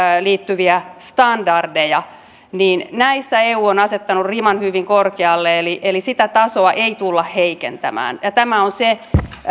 liittyvistä standardeista niin näissä eu on asettanut riman hyvin korkealle eli eli sitä tasoa ei tulla heikentämään tämä